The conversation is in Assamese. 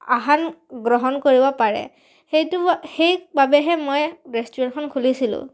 আহাৰ গ্ৰহণ কৰিব পাৰে সেইটো সেইবাবেহে মই ৰেষ্টুৰেণ্টখন খুলিছিলোঁ